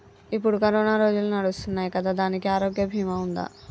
ఇప్పుడు కరోనా రోజులు నడుస్తున్నాయి కదా, దానికి ఆరోగ్య బీమా ఉందా?